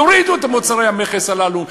תורידו את המכסים הללו,